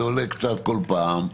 זה עולה קצת בכל פעם,